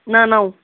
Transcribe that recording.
نہَ نَو